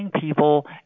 people